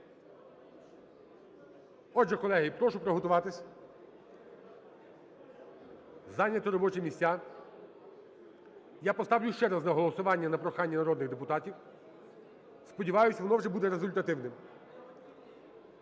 Отже, колеги, прошу приготуватися, зайняти робочі місця. Я поставлю ще раз на голосування на прохання народних депутатів, сподіваюсь, воно вже буде результативним.